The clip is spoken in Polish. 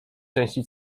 części